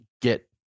get